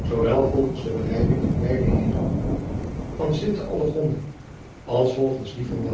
zoowel volgens de berijming van wijlen den heer van sinte aldegonde als volgens die van